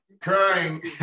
crying